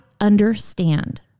understand